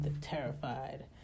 terrified